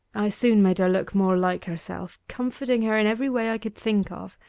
i soon made her look more like herself, comforting her in every way i could think of